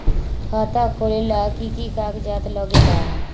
खाता खोलेला कि कि कागज़ात लगेला?